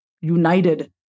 united